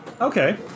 Okay